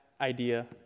idea